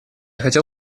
хотел